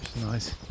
nice